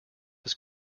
his